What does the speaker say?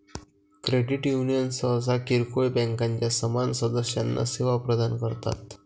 credit union सहसा किरकोळ बँकांच्या समान सदस्यांना सेवा प्रदान करतात